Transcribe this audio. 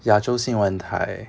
亚洲新闻台